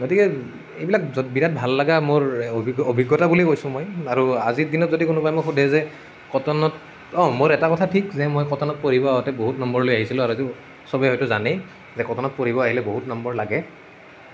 গতিকে এইবিলাক য'ত বিৰাট ভাল লগা মোৰ অভি অভিজ্ঞতা বুলি কৈছোঁ মই আৰু আজিৰ দিনত যদি কোনোবাই মোক সোধে যে কটনত অঁ মোৰ এটা কথা ঠিক যে মই কটনত পঢ়িব আহোঁতে বহুত নম্বৰ লৈ আহিছিলোঁ আৰু সেইটো চবে হয়তো জানেই যে কটনত পঢ়িব আহিলে বহুত নম্বৰ লাগে